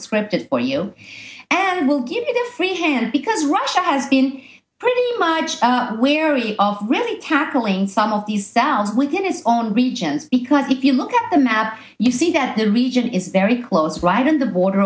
scripted for you and we'll give it a free hand because russia has been pretty much weary of really tackling some of these cells within its own regions because if you look at the map you see that the region is very close right on the border